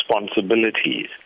responsibilities